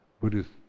Buddhist